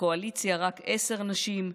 בקואליציה רק עשר נשים,